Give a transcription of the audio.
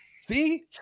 See